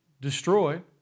destroyed